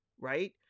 right